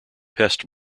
pest